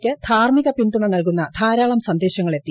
യ്ക്ക് ധാർമ്മിക പിന്തുണ നൽകുന്ന ധാരാളം സന്ദേശങ്ങൾ എത്തി